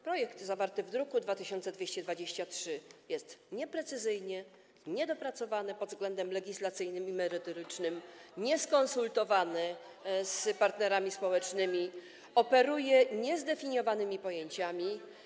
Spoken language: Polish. Projekt zawarty w druku nr 2223 jest nieprecyzyjny, niedopracowany pod względem legislacyjnym i merytorycznym, nieskonsultowany z partnerami społecznymi, operuje niezdefiniowanymi pojęciami.